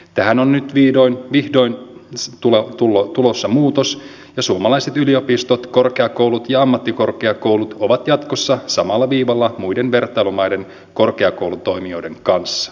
tähän on nyt vihdoin tulossa muutos ja suomalaiset yliopistot korkeakoulut ja ammattikorkeakoulut ovat jatkossa samalla viivalla muiden vertailumaiden korkeakoulutoimijoiden kanssa